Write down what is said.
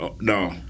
No